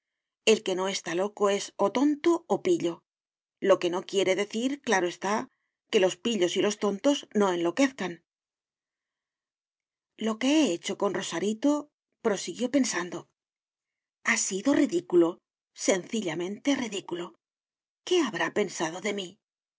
el que no está loco es o tonto o pillo lo que no quiere decir claro está que los pillos y los tontos no enloquezcan lo que he hecho con rosaritoprosiguió pensandoha sido ridículo sencillamente ridículo qué habrá pensado de mí